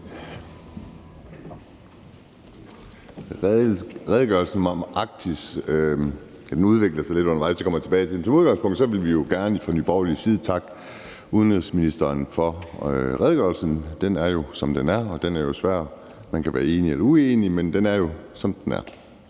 Redegørelsen om Arktis udvikler sig lidt undervejs; det kommer jeg tilbage til. Men som udgangspunkt vil vi jo gerne fra Nye Borgerliges side takke udenrigsministeren for redegørelsen. Den er jo, som den er; den er svær, og man kan være enig eller uenig, men den er jo, som den er.